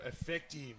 effective